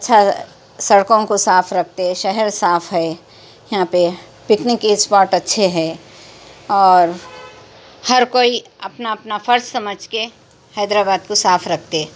اچھا سڑکوں کو صاف رکھتے شہر صاف ہے یہاں پہ پکنک کے اسپاٹ اچّھے ہے اور ہر کوئی اپنا اپنا فرض سمجھ کے حیدرآباد کو صاف رکھتے